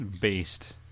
Based